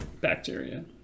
Bacteria